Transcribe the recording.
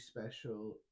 special